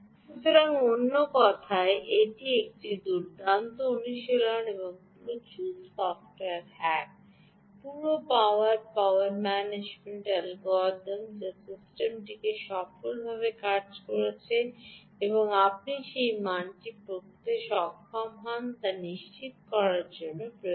সুতরাং অন্য কথায় এটি একটি দুর্দান্ত অনুশীলন এবং প্রচুর সফটওয়্যার হ্যাক পুরো পাওয়ার পাওয়ার ম্যানেজমেন্ট অ্যালগরিদম যা সিস্টেমটি সফলভাবে কাজ করছে এবং আপনি সেই মানটি পড়তে সক্ষম হন তা নিশ্চিত করার জন্য প্রয়োজনীয়